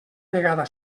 vegada